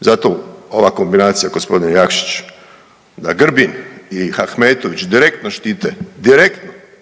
Zato ova kombinacija g. Jakšić da Grbin i Ahmetović direktno štite, direktno